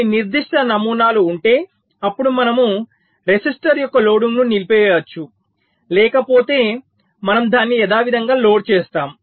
కొన్ని నిర్దిష్ట నమూనాలు ఉంటే అప్పుడు మనము రెసిస్టర్ యొక్క లోడింగ్ను నిలిపివేయవచ్చు లేకపోతే మనము దానిని యథావిధిగా లోడ్ చేస్తాము